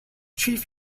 chief